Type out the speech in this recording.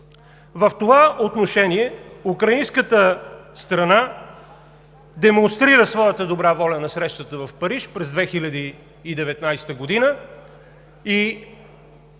В това отношение украинската страна демонстрира своята добра воля на срещата в Париж през 2019 г. и